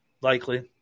Likely